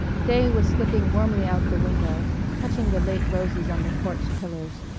day was slipping warmly out the window, touching the late roses on the porch pillars.